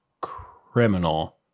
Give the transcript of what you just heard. criminal